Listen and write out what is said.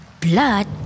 blood